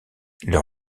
leur